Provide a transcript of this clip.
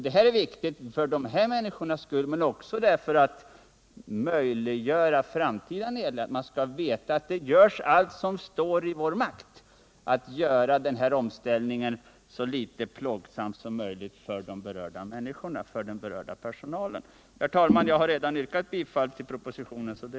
Det är viktigt för dessa människors skull, men också för att man vid framtida nedläggningar skall kunna veta att vi gör allt som står i vår makt för att göra denna omställning så litet plågsam som möjligt för den berörda personalen. Herr talman! Jag har redan yrkat bifall till utskottets hemställan.